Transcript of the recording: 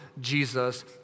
Jesus